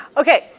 okay